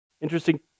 Interesting